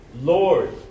Lord